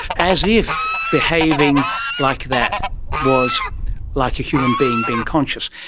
as if behaving like that was like a human being being conscious.